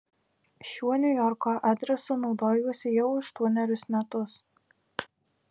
šiuo niujorko adresu naudojuosi jau aštuonerius metus